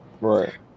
Right